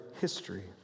history